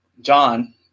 John